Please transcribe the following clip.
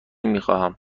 میخواهم